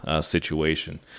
situation